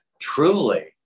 truly